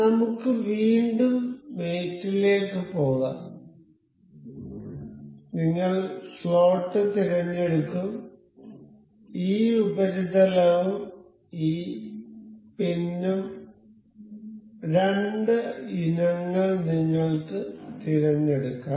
നമുക്ക് വീണ്ടും മേറ്റ് ലേക്ക് പോകാംനിങ്ങൾ സ്ലോട്ട് തിരഞ്ഞെടുക്കും ഈ ഉപരിതലവും ഈ പിൻ ഉം രണ്ട് ഇനങ്ങൾ നിങ്ങൾ തിരഞ്ഞെടുക്കും